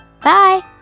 Bye